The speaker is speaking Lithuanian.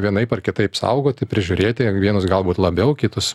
vienaip ar kitaip saugoti prižiūrėti vienus galbūt labiau kitus